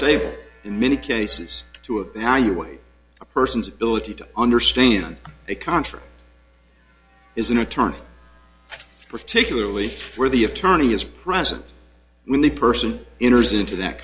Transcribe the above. state in many cases to a now you wait a person's ability to understand a contract is an attorney particularly for the attorney is present when the person enters into that